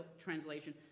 translation